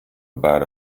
about